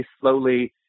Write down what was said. slowly